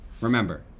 remember